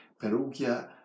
Perugia